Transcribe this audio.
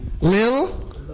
Lil